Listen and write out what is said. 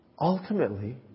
Ultimately